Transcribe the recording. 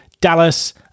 Dallas